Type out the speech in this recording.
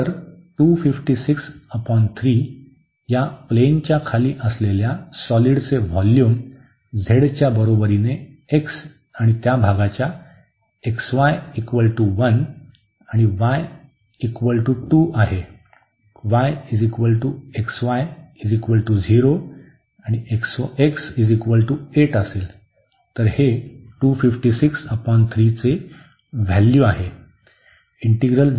तर या प्लेनच्या खाली असलेल्या सॉलिडचे व्होल्यूम z x आणि त्या भागाच्या xy 1 आणि y 2 आहे xy 0 आणि x 8 असेल